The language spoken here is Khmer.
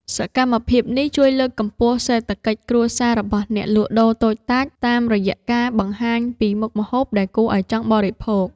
សកម្មភាពនេះជួយលើកកម្ពស់សេដ្ឋកិច្ចគ្រួសាររបស់អ្នកលក់ដូរតូចតាច តាមរយៈការបង្ហាញពីមុខម្ហូបដែលគួរឱ្យចង់បរិភោគ។